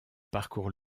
parcourt